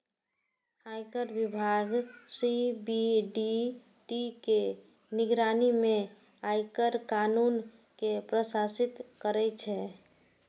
आयकर विभाग सी.बी.डी.टी के निगरानी मे आयकर कानून कें प्रशासित करै छै